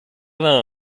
vingt